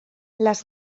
les